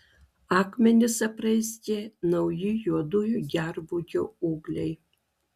akmenis apraizgė nauji juodųjų gervuogių ūgliai